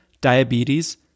diabetes